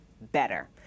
better